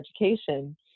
education